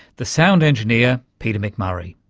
the sound engineer peter mcmurray.